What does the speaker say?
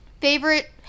favorite